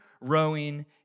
rowing